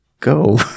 Go